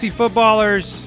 footballers